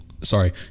Sorry